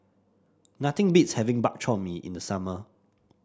nothing beats having Bak Chor Mee in the summer